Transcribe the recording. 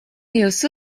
jūs